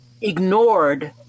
ignored